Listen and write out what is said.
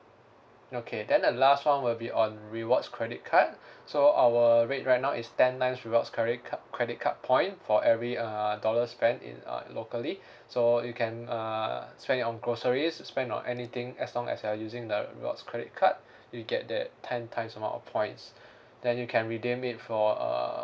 okay then the last one will be on rewards credit card so our rate right now is ten times rewards credit card credit card point for every err dollar spent in uh locally so you can uh spend it on groceries spend on anything as long as you are using the rewards credit card you get that ten times amount of points then you can redeem it for uh